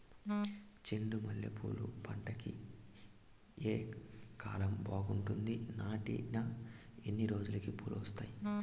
చెండు మల్లె పూలు పంట కి ఏ కాలం బాగుంటుంది నాటిన ఎన్ని రోజులకు పూలు వస్తాయి